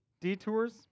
detours